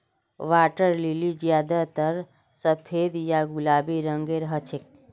water lily ज्यादातर सफेद या गुलाबी रंगेर हछेक